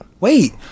Wait